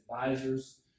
advisors